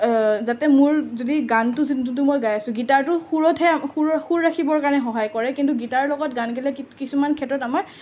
যাতে মোৰ যদি গানটো যোনটো গাই আছো গীটাৰটো সুৰতহে সুৰ ৰাখিবৰ কাৰণে সহায় কৰে কিন্তু গীটাৰৰ লগত গান গালে কিছুমান ক্ষেত্ৰত আমাৰ